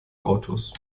autos